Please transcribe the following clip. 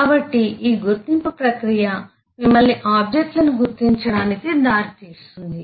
కాబట్టి ఈ గుర్తింపు ప్రక్రియ మిమ్మల్ని ఆబ్జెక్ట్లను గుర్తించటానికి దారి తీస్తుంది